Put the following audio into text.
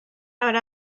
out